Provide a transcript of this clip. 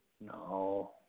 No